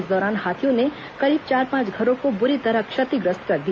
इस दौरान हाथियों ने करीब चार पांच घरों को बुरी तरह क्षतिग्रस्त कर दिया